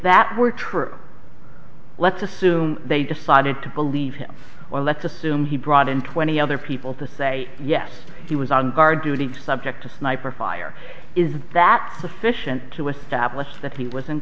that were true let's assume they decided to believe him or let's assume he brought in twenty other people to say yes he was on guard duty subject to sniper fire is that sufficient to establish that he was